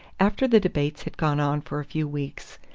after the debates had gone on for a few weeks,